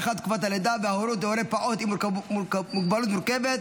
הארכת תקופת הלידה וההורות להורה פעוט עם מוגבלות מורכבת),